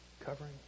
covering